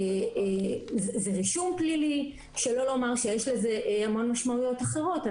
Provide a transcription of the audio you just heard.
זה רישום פלילי שלא לומר שיש לו המון משמעויות אחרות.